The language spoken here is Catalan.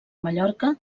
mallorca